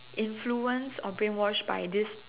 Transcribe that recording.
influenced or brainwashed by this